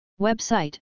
Website